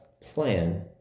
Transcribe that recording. plan